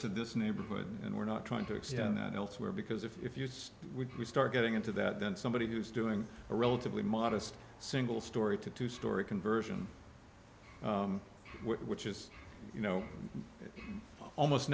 to this neighborhood and we're not trying to extend that elsewhere because if you just start getting into that then somebody who's doing a relatively modest single story to two story conversion which is you know almost